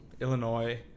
Illinois